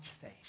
face